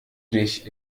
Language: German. dich